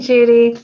Judy